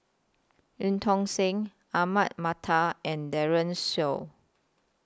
EU Tong Sen Ahmad Mattar and Daren Shiau